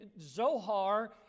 Zohar